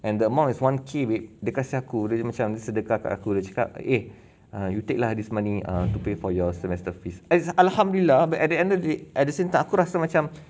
and the amount is one K with dia kasih aku dia jadi macam sedekah kat aku dia cakap eh err you take lah this money to pay for your semester fees as alhamdulillah but at the end of the day at the same time aku rasa macam